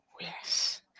Yes